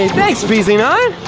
thanks p z nine.